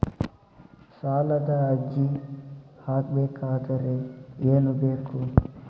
ಸಾಲದ ಅರ್ಜಿ ಹಾಕಬೇಕಾದರೆ ಏನು ಬೇಕು?